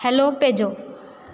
hello ਭੇਜੋ